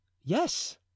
Yes